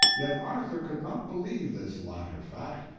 yet arthur could not believe this latter fact,